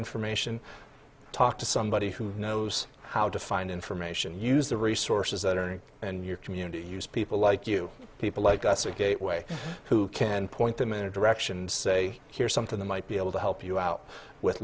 information talk to somebody who knows how to find information use the resources that are in your community use people like you people like us or gateway who can point them in a direction and say here's something that might be able to help you out with